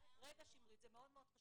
זה בסעיף 74 ליאורה.